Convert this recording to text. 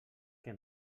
què